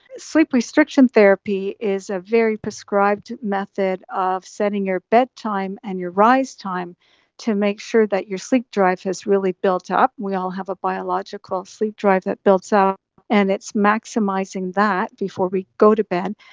sleep restriction therapy is a very prescribed method of setting your bedtime and your rise time to make sure that your sleep drive has really built up. we all have a biological sleep drive that builds up and it's maximising that before we go to bed,